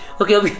okay